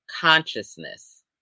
consciousness